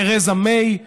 תרזה מיי,